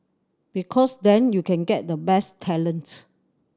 because then you can get the best talent